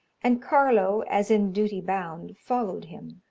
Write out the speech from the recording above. and carlo, as in duty bound, followed him.